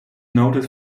noted